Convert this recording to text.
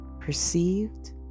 perceived